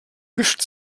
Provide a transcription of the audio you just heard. wischt